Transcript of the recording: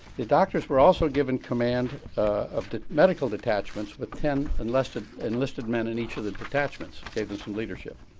these doctors were also given command of the medical detachments with ten enlisted enlisted men in each of the detachments, saving some leadership.